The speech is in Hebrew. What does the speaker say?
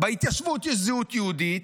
בהתיישבות יש זהות יהודית,